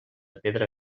pedra